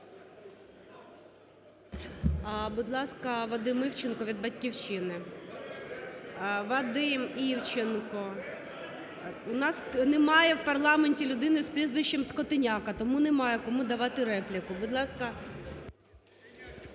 (Шум у залі) У нас немає в парламенті людини з прізвищем "Скотиняка", тому немає кому давати репліку.